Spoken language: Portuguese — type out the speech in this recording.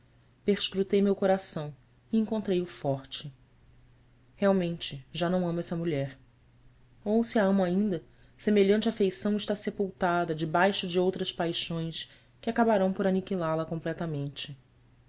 calmo perscrutei meu coração e encontrei-o forte realmente já não amo essa mulher ou se a amo ainda semehante afeição está sepultada debaixo de outras paixões que acabarão por aniquilá la completamente